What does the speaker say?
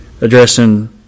addressing